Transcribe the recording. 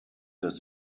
des